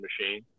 machine